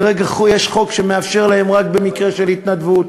כרגע יש חוק שמאפשר להם רק במקרה של התנדבות,